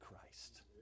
Christ